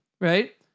Right